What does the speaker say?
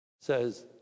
says